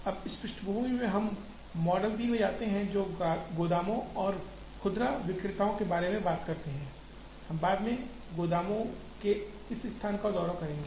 अब इस पृष्ठभूमि के साथ हम मॉडल 3 में जाते हैं जो गोदामों और खुदरा विक्रेताओं के बारे में बात करते हैं हम बाद में गोदामों के इस स्थान का दौरा करेंगे